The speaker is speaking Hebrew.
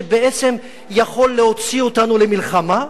שבעצם יכול להוציא אותנו למלחמה,